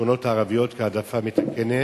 בשכונות הערביות כהעדפה מתקנת.